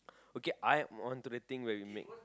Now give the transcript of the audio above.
okay I am on to the thing where we make